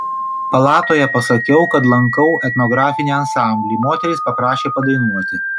palatoje pasakiau kad lankau etnografinį ansamblį moterys paprašė padainuoti